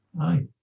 Aye